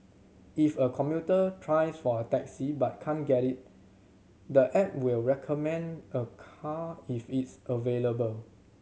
if a commuter tries for a taxi but can't get it the app will recommend a car if it's available